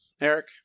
eric